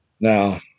Now